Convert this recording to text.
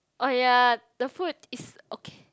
oh ya the food is okay